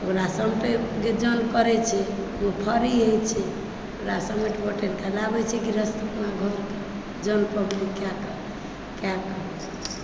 ओकरा सबकेँ जे जन करै छै ओ फरी होए छै ओकरा समेट बटोरिकऽ लाबै सी गृहस्थ अपना घर जन तन कए कऽ